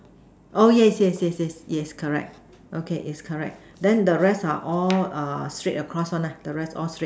oh yes yes yes yes yes correct okay is correct then the rest are all err straight across one lah the rest all straight